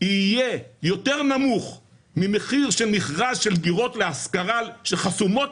יהיה יותר נמוך ממחיר של מכרז של דירות להשכרה שחסומות